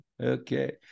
Okay